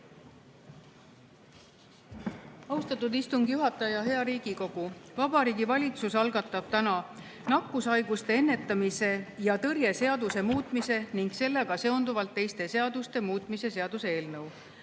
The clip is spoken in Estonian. Austatud istungi juhataja! Hea Riigikogu! Vabariigi Valitsus algatab täna nakkushaiguste ennetamise ja tõrje seaduse muutmise ning sellega seonduvalt teiste seaduste muutmise seaduse eelnõu.